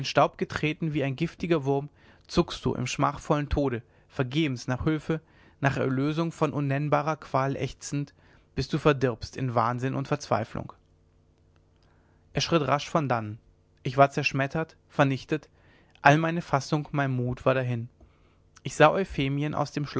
staub getreten wie ein giftiger wurm zuckst du im schmachvollen tode vergebens nach hülfe nach erlösung von unnennbarer qual ächzend bis du verdirbst in wahnsinn und verzweiflung er schritt rasch von dannen ich war zerschmettert vernichtet all meine fassung mein mut war dahin ich sah euphemien aus dem